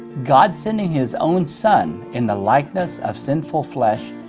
god sending his own son in the likeness of sinful flesh,